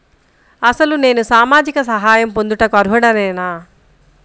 అసలు నేను సామాజిక సహాయం పొందుటకు అర్హుడనేన?